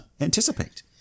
anticipate